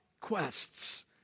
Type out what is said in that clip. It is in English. quests